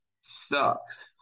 sucks